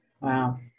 Wow